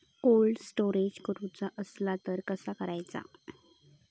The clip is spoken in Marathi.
कोल्ड स्टोरेज करूचा असला तर कसा करायचा?